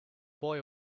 boy